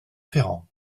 ferrand